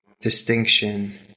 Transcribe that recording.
distinction